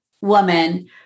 woman